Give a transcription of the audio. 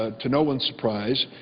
ah to no one's surprise,